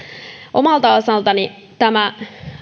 omalta osaltani tämä